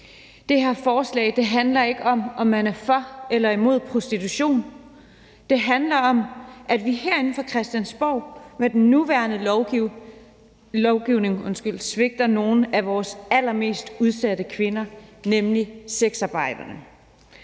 Det her forslag handler ikke om, om man er for eller imod prostitution, det handler om, at vi herinde fra Christiansborgs side af med den nuværende lovgivning svigter nogle af vores allermest udsatte kvinder, nemlig sexarbejderne.